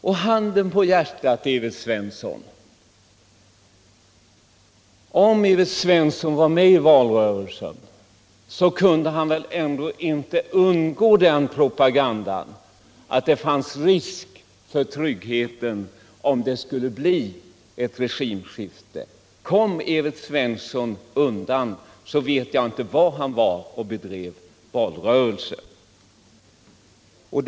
Och handen på hjärtat, Evert Svensson! Om Evert Svensson var med i valrörelsen, kunde han väl ändå inte undgå att möta den propaganda som Nr 70 förekom om att det var risk för tryggheten, om det skulle bli ett regimskifte. Torsdagen den Om Evert Svensson lyckades undgå den propagandan, vet jag inte var han 2 februari 1978 befann sig när han deltog i valrörelsen.